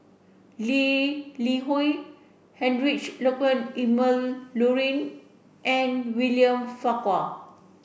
Lee Li Hui Heinrich Ludwig Emil Luering and William Farquhar